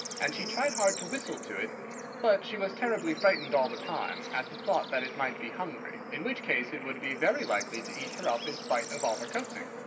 and she tried hard to whistle to it but she was terribly frightened all the time at the thought that it might be hungry, in which case it would be very likely to eat her up in spite of all her coaxing.